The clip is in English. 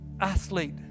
athlete